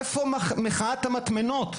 איפה מחאת המטמנות?